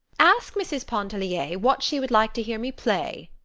ask mrs. pontellier what she would like to hear me play,